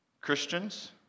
Christians